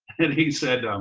and he said,